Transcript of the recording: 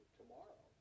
tomorrow